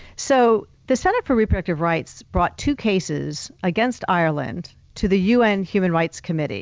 so the center for reproductive rights brought two cases against ireland to the un human rights committee